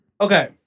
Okay